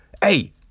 hey